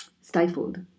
stifled